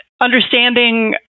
understanding